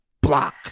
block